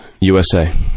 usa